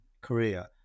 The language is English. Korea